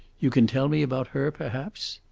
you can tell me about her perhaps?